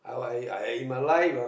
I I I in my life ah